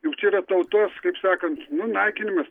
juk čia yra tautos kaip sakant nu naikinimas